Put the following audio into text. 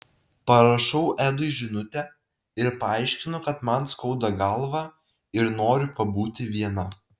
parašau edui žinutę ir paaiškinu kad man skauda galvą ir noriu pabūti viena